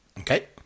Okay